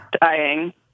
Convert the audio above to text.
Dying